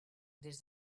des